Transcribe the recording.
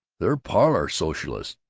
they're parlor socialists!